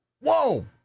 Whoa